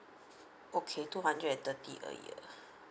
okay two hundred and thirty a year